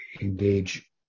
engage